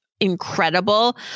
Incredible